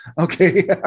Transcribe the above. okay